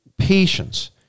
patience